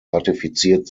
ratifiziert